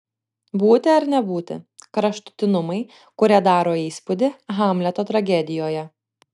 būti ar nebūti kraštutinumai kurie daro įspūdį hamleto tragedijoje